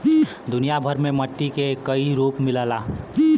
दुनिया भर में मट्टी के कई रूप मिलला